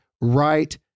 right